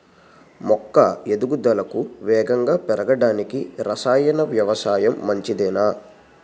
మొక్క ఎదుగుదలకు వేగంగా పెరగడానికి, రసాయన వ్యవసాయం మంచిదేనా?